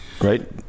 Right